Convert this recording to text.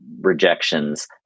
rejections